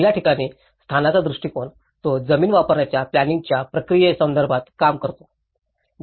पहिल्या ठिकाणी स्थानाचा दृष्टीकोन तो जमीन वापरण्याच्या प्लॅनिंइंगाच्या प्रक्रियेसंदर्भात काम करतो